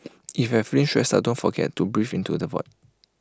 if you are feeling stressed out don't forget to breathe into the void